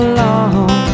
long